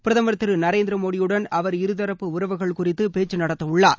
பிரதமர் திரு நரேந்திர மோடியுடன் அவர் இருதரப்பு உறவுகள் குறித்து பேச்சு நடத்த உள்ளார்